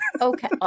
Okay